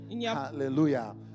Hallelujah